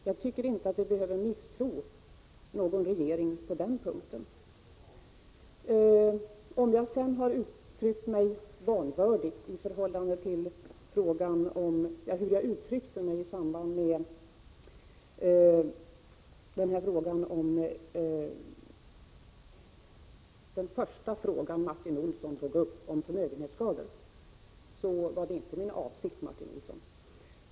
Jag tycker inte att vi behöver misstro någon regering på den punkten. Om jag sedan uttryckt mig vanvördigt i samband med den fråga som Martin Olsson tog upp först om förmögenhetsskador, vill jag säga att det inte var min avsikt.